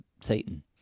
Satan